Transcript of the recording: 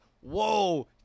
Whoa